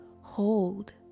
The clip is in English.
hold